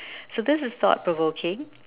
so this is thought provoking